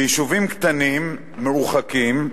ביישובים קטנים, מרוחקים,